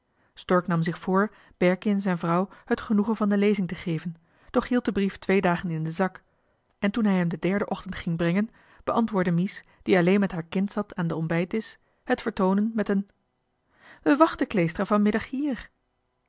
stork nam zich voor berkie en zijn vrouw het genoegen van de lezing te geven doch hield den brief twee dagen in den zak en toen hij hem den derden ochtend ging brengen beantwoordde mies die alleen met haar kind zat aan den ontbijtdisch het vertoonen met een we wachten kleestra van middag hier